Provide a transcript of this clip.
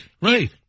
Right